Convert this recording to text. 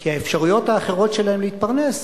כי האפשרויות האחרות שלהם להתפרנס,